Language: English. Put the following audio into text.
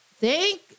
Thank